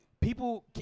people